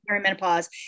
perimenopause